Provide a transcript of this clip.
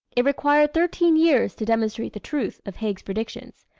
it required thirteen years to demonstrate the truth of haig's predictions,